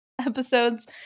episodes